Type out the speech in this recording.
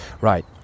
Right